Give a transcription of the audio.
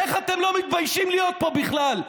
איך אתם לא מתביישים להיות פה בכלל?